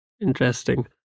interesting